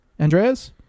Andreas